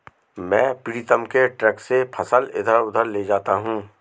मैं प्रीतम के ट्रक से फसल इधर उधर ले जाता हूं